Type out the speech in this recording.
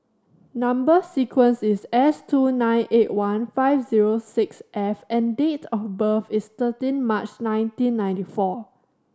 number sequence is S two nine eight one five zero six F and date of birth is thirteen March nineteen ninety four